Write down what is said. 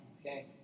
okay